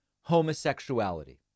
homosexuality